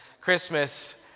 Christmas